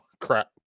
crap